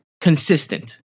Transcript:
consistent